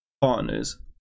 partners